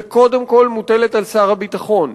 וקודם כול מוטלת על שר הביטחון.